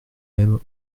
mêmes